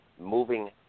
moving